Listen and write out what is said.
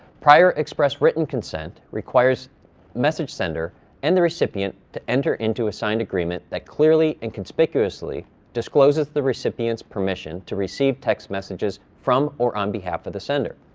prior express written consent requires message sender and the recipient to enter into a signed agreement that clearly and conspicuously discloses the recipient's permission to receive text messages from or on behalf of the sender.